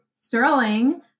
Sterling